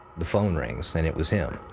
the phone rings and it was him.